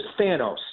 Thanos